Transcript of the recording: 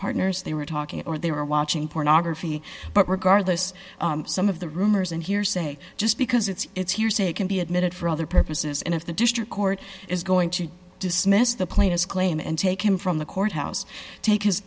partners they were talking or they were watching pornography but regardless some of the rumors and hearsay just because it's hearsay can be admitted for other purposes and if the district court is going to dismiss the player's claim and take him from the courthouse take